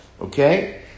okay